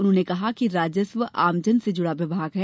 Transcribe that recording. उन्होंने कहा कि राजस्व आमजन से जुड़ा विभाग है